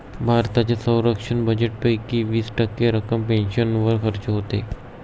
भारताच्या संरक्षण बजेटपैकी वीस टक्के रक्कम पेन्शनवर खर्च होते